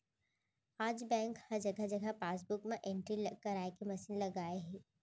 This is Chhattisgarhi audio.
आज बेंक ह जघा जघा पासबूक म एंटरी कराए के मसीन लगाए हे